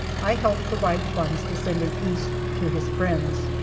i helped provide funds to send him east to his friends.